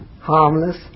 harmless